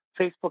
Facebook